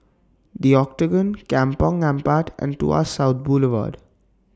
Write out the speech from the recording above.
The Octagon Kampong Ampat and Tuas South Boulevard